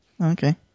Okay